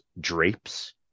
drapes